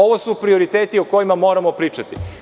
Ovo su prioriteti o kojima moramo pričati.